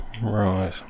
Right